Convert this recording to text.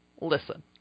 listen